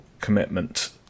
commitment